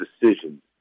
decisions